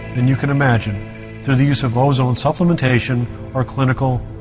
than you can imagine through the use of ozone supplementation or clinical